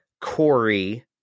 Corey